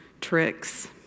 tricks